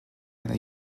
eine